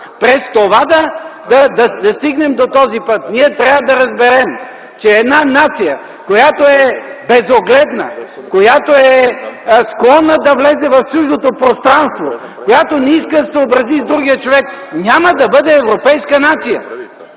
през това да стигнем до този път – ние трябва да разберем, че една нация, която е безогледна, която е склонна да влезе в чуждото пространство, която не иска да се съобрази с другия човек, няма да бъде европейска нация!